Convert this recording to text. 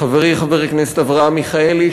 חברי חבר כנסת אברהם מיכאלי,